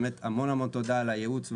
באמת המון המון תודה על הייעוץ,